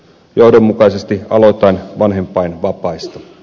johdonmukaisesti aloitan vanhempainvapaista